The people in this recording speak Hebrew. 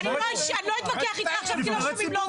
אני לא אתווכח אתך עכשיו כי לא שומעים,